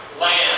land